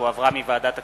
שהחזירה ועדת הכספים,